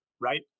right